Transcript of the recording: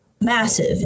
massive